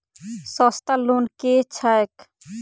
सस्ता लोन केँ छैक